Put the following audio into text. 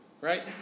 right